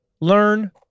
learn